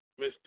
Mr